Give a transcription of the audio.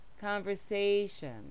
conversation